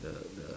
the the